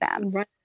right